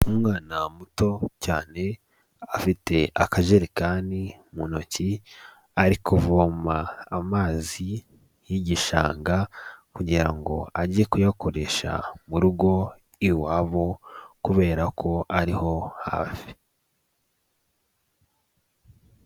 Umwa muto cyane afite akajerekani mu ntoki ari kuvoma amazi y'igishanga kugira ngo ajye kuyakoresha mu rugo iwabo kubera ko ariho hafi.